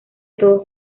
todos